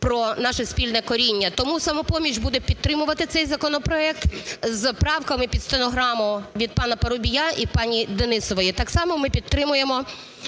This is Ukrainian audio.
про наше спільне коріння. Тому "Самопоміч" буде підтримувати цей законопроект з правками під стенограму від пана Парубія і пані Денісової. Так само ми підтримуємо